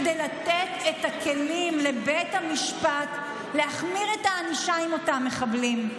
כדי לתת את הכלים לבית המשפט להחמיר את הענישה לאותם מחבלים?